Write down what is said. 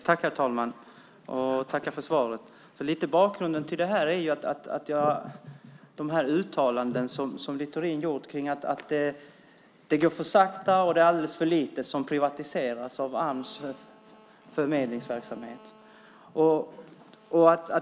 Herr talman! Jag tackar för svaret. Lite av bakgrunden till detta är de uttalanden som Littorin har gjort om att det går för sakta och att det är alldeles för lite av Ams förmedlingsverksamhet som privatiseras.